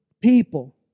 people